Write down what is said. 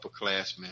upperclassmen